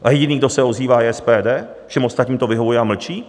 A jediný, kdo se ozývá, je SPD, všem ostatním to vyhovuje a mlčí.